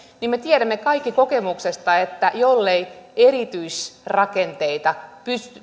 me tiedämme kaikki kokemuksesta että jollei erityisrakenteita